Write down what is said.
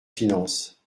finances